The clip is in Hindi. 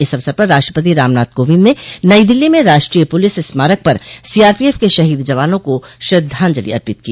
इस अवसर पर राष्ट्रपति रामनाथ कोविंद ने नई दिल्ली में राष्ट्रीय पुलिस स्मारक पर सीआरपीएफ के शहीद जवानों को श्रद्वाजलि अर्पित की